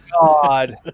God